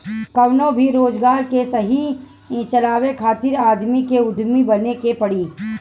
कवनो भी रोजगार के सही चलावे खातिर आदमी के उद्यमी बने के पड़ी